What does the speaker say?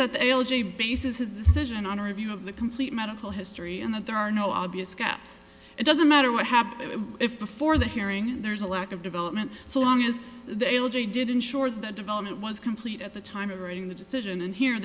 that the elegy bases his decision on a review of the complete medical history and that there are no obvious gaps it doesn't matter what happens if before the hearing there's a lack of development so long as the l g did ensure the development was complete at the time of writing the decision and here